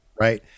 right